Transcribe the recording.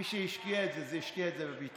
מי שהשקיע את זה השקיע את זה בביטחון.